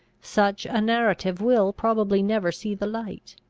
such a narrative will probably never see the light.